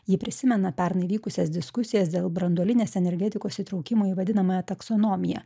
ji prisimena pernai vykusias diskusijas dėl branduolinės energetikos įtraukimo į vadinamąją taksonomiją